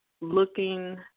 looking